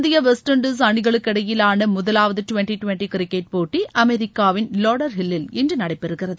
இந்திய West Indies அணிகளுக்கு இடையிலாள முதலாவது டுவன்டி டுவன்டி கிரிக்கெட் போட்டி அமெரிக்காவில் லாடர்ஹில்லில் இன்று நடைபெறுகிறது